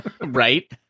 right